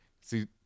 See